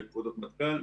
בפקודות מטכ"ל,